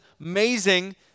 amazing